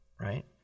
right